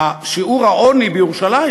שיעור העוני בירושלים,